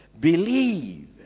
Believe